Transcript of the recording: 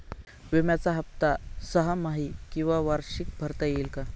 विम्याचा हफ्ता सहामाही किंवा वार्षिक भरता येईल का?